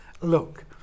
look